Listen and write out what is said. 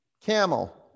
Camel